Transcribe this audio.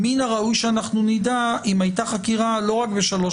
ברקע הייתי ראש החטיבה להתאמה ביטחונית בשב"כ, 32